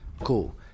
cool